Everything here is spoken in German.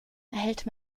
erhält